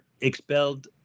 expelled